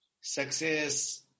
Success